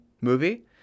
movie